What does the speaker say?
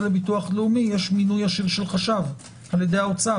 לביטוח לאומי יש מינוי ישיר של חשב על-ידי האוצר.